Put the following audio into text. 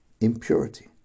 impurity